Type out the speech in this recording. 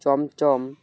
chamcham